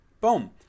boom